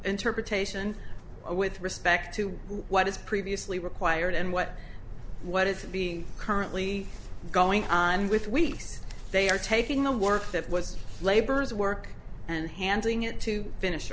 interpretation with respect to what is previously required and what what is being currently going on with weeks they are taking the work that was labor's work and handing it to finish